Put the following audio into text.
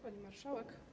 Pani Marszałek!